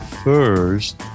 First